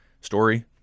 story